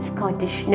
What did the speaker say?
Scottish